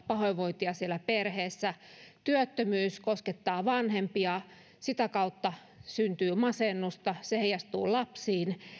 pahoinvointia perheessä työttömyys koskettaa vanhempia sitä kautta syntyy masennusta se heijastuu lapsiin